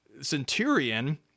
centurion